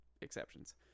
exceptions